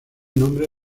nombre